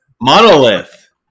monolith